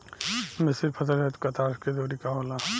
मिश्रित फसल हेतु कतार के दूरी का होला?